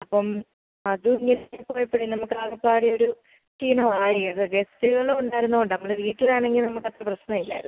അപ്പം അത് മിസ്സായി പോയപ്പഴേ നമുക്ക് ആകെപ്പാടെ ഒരു ക്ഷീണമായി അത് ഗസ്റ്റുകളുണ്ടായിരുന്നത് കൊണ്ടാണ് നമ്മള് വീട്ടിലാണെങ്കിൽ നമുക്ക് അത് പ്രശ്നമില്ലായിരുന്നു